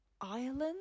Ireland